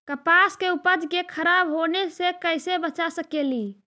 कपास के उपज के खराब होने से कैसे बचा सकेली?